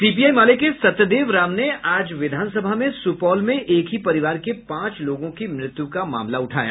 CPI माले के सत्यदेव राम ने आज विधानसभा में सुपौल में एक ही परिवार के पांच लोगों की मृत्यू का मामला उठाया